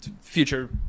future